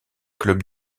club